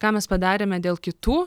ką mes padarėme dėl kitų